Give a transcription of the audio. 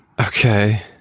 okay